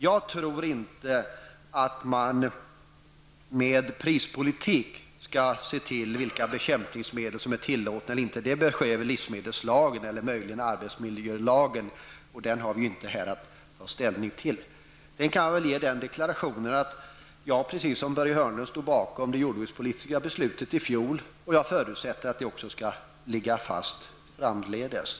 Jag tror inte att man med prispolitik skall styra användningen av bekämpningsmedel. Det bör införas bestämmelser i livsmedelslagen eller möjligen i arbetsmiljölagen. Men det har vi inte att ta ställning till nu. Jag kan ge den deklarationen att jag, precis som Börje Hörnlund, står bakom det jordbrukspolitiska beslutet från i fjol. Jag förutsätter att det skall ligga fast framdeles.